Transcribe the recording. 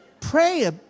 Pray